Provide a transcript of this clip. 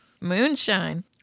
Moonshine